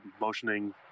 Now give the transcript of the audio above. motioning